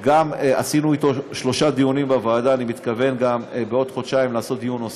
אני מבקש מחברי הכנסת לתמוך בהצעה הזאת,